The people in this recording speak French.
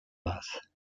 basse